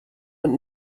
und